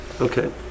Okay